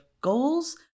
goals